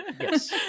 yes